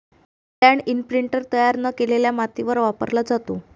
land imprinter तयार न केलेल्या मातीवर वापरला जातो